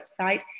website